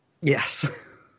Yes